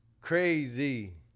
Crazy